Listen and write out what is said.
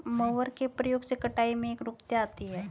mower के प्रयोग से कटाई में एकरूपता आती है